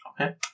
Okay